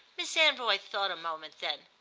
miss anvoy thought a moment. then,